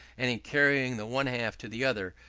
and in carrying the one half to the other,